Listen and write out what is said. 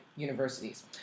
universities